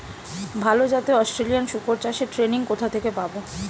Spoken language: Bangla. ভালো জাতে অস্ট্রেলিয়ান শুকর চাষের ট্রেনিং কোথা থেকে পাব?